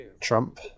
Trump